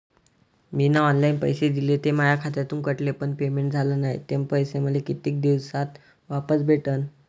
मीन online पैसे दिले, ते माया खात्यातून कटले, पण पेमेंट झाल नायं, ते पैसे मले कितीक दिवसात वापस भेटन?